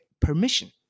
permission